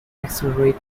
accelerate